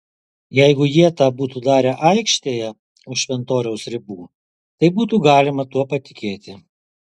jeigu jie tą būtų darę aikštėje už šventoriaus ribų tai būtų galima tuo patikėti